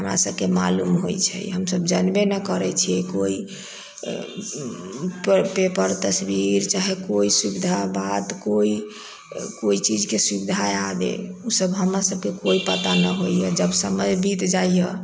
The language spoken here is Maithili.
हमरा सबके मालूम होइ छै हमरा सब जनबे न करै छियै कोइ पेपर तस्वीर चाहे कोइ सुविधा बात कोइ कोइ चीज के सुविधा आबे ओ सब हमरा सबके कोइ पता न होइया जब समय बीत जाइया